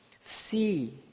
See